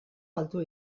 altua